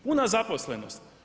Puna zaposlenost.